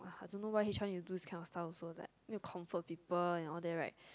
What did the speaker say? ugh I don't know why h_r need to do this kind of stuff also like need to comfort people and all that right